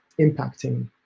impacting